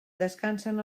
descansen